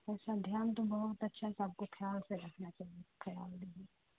ویسا دھیان تو بہت اچھا ہے س آپ کے خیال سے رکھنا چاہے خیال رہے